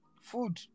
food